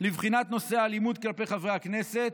לבחינת נושא האלימות כלפי חברי הכנסת.